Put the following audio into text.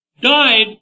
died